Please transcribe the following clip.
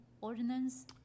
ordinance